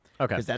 Okay